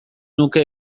nuke